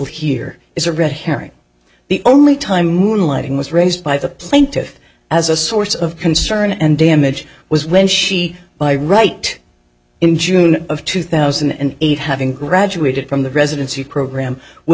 here is a red herring the only time moonlighting was raised by the plaintiff as a source of concern and damage was when she by right in june of two thousand and eight having graduated from the residency program would